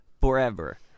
forever